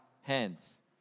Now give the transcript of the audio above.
hands